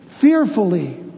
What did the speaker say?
Fearfully